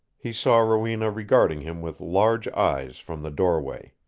he saw rowena regarding him with large eyes from the doorway.